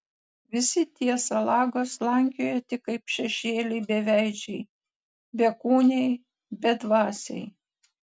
visi tie salagos slankioja tik kaip šešėliai beveidžiai bekūniai bedvasiai